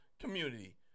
community